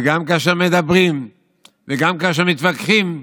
וגם כאשר מדברים וגם כאשר מתווכחים,